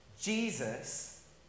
Jesus